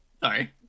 Sorry